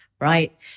right